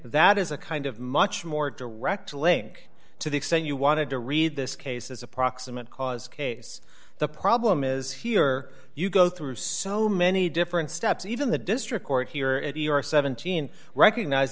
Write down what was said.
that is a kind of much more direct link to the extent you wanted to read this case is a proximate cause case the problem is here you go through so many different steps even the district court here at your seventeen recognize